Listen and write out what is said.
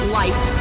life